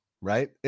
right